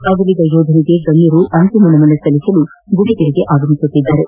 ಅಗಲಿದ ಯೋಧನಿಗೆ ಗಣ್ಣರು ಅಂತಿಮ ನಮನ ಸಲ್ಲಿಸಲು ಗುಡಿಗೆರೆಗೆ ಆಗಮಿಸುತ್ತಿದ್ದಾರೆ